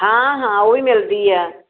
ਹਾਂ ਹਾਂ ਉਹ ਵੀ ਮਿਲਦੀ ਹੈ